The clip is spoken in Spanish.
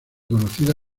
conocida